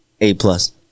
A-plus